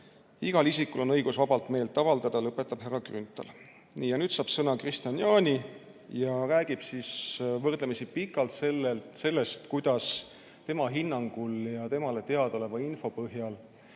Igal isikul on õigus vabalt meelt avaldada, lõpetas härra Grünthal. Nii. Ja nüüd sai sõna Kristian Jaani. Ta rääkis võrdlemisi pikalt sellest, kuidas tema hinnangul ja temale teadaoleva info põhjal